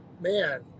Man